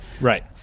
Right